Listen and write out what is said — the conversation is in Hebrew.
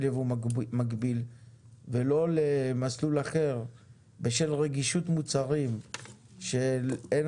יבוא מקביל ולא למסלול אחר בשל רגישות מוצרים שאין